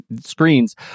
screens